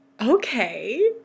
Okay